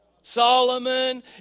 Solomon